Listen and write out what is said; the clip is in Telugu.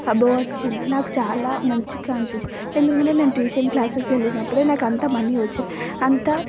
అబౌవ్ వచ్చింది నాకు చాలా మంచిగా అనిపించింది ఎందుకంటే నేను ట్యూషన్ క్లాసెస్ వెళ్ళినపుడే నాకు అంత మనీ వచ్చింది అంత